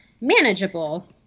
manageable